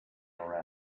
our